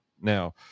Now